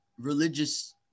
religious